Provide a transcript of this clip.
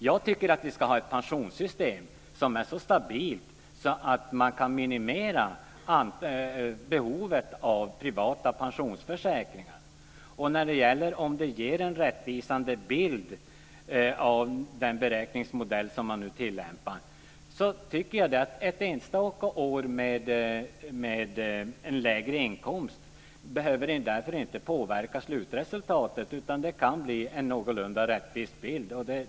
Jag tycker att vi ska ha ett pensionssystem som är så stabilt att man kan minimera behovet av privata pensionsförsäkringar. När det gäller om den beräkningsmodell som man nu tillämpar ger en rättvisande bild, så vill jag säga att ett enstaka år med en lägre inkomst inte behöver påverka slutresultatet, utan det kan bli en någorlunda rättvis bild.